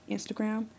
Instagram